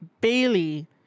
Bailey